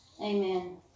Amen